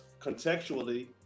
contextually